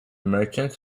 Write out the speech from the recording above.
merchants